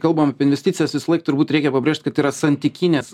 kalbam apie investicijas visąlaik turbūt reikia pabrėžt kad tai yra santykinės